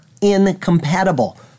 incompatible